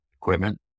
equipment